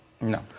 No